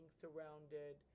surrounded